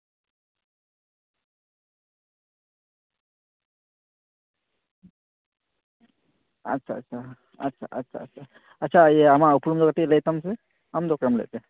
ᱟᱪᱪᱷᱟ ᱟᱪᱪᱷᱟ ᱟᱪᱪᱷᱟ ᱟᱪᱪᱷᱟ ᱟᱪᱪᱷᱟ ᱤᱭᱟᱹ ᱟᱢᱟᱜ ᱩᱯᱩᱨᱩᱢ ᱫᱚ ᱠᱟᱹᱴᱤᱡ ᱞᱟᱹᱭ ᱛᱟᱢ ᱥᱮ ᱟᱢᱫᱚ ᱚᱠᱚᱭᱮᱢ ᱞᱟᱹᱭᱮᱫ ᱛᱮ